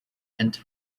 and